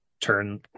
turn